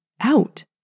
out